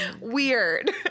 weird